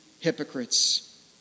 hypocrites